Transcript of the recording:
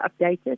updated